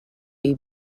est